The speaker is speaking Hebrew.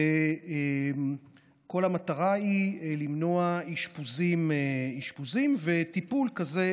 וכל המטרה היא למנוע אשפוזים וטיפול כזה